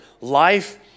Life